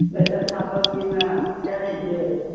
बैशखा पबनिमे चढ़ै छै